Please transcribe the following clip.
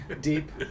deep